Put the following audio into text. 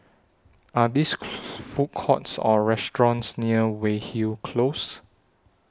Are This Food Courts Or restaurants near Weyhill Close